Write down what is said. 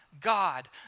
God